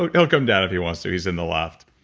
but he'll come down if he wants to. he's in the loft.